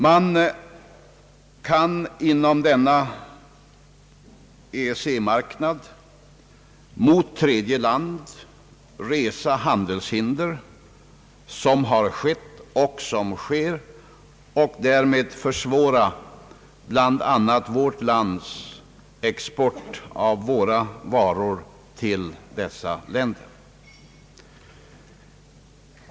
Man kan inom denna EEC-marknad resa handelshinder mot tredje land, vilket har skett och sker, och därmed försvåra bl.a. vårt lands export av varor till EEC-länderna.